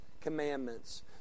commandments